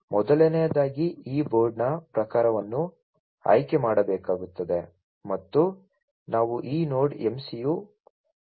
ಮೊದಲನೆಯದಾಗಿ ಈ ಬೋರ್ಡ್ನ ಪ್ರಕಾರವನ್ನು ಆಯ್ಕೆ ಮಾಡಬೇಕಾಗುತ್ತದೆ ಮತ್ತು ನಾವು ಈ ನೋಡ್ MCU 0